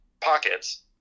pockets